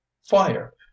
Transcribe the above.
fire